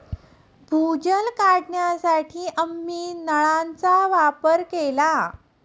भूजल काढण्यासाठी आम्ही नळांचा वापर केला